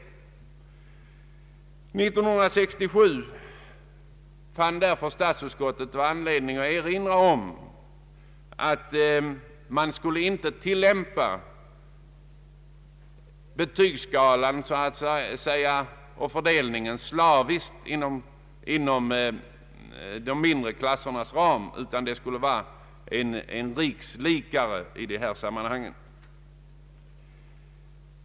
År 1967 fann därför statsutskottet anledning att erinra om att man inte skulle tillämpa betygsskalan och fördelningen slaviskt inom de mindre klasserna utan att skalan skulle vara en rikslikare i detta sammanhang.